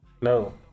No